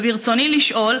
וברצוני לשאול,